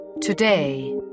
today